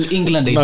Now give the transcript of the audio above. England